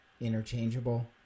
interchangeable